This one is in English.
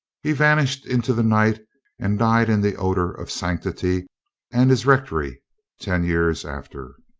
he vanished into the night and died in the odor of sanctity and his rectory ten years after.